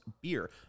Beer